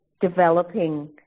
developing